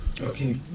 Okay